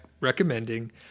recommending